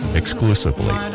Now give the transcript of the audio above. exclusively